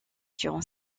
durant